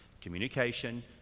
Communication